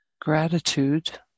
gratitude